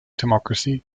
democracy